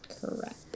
correct